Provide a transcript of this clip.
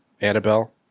Annabelle